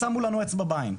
שמו לנו אצבע בעין,